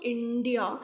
India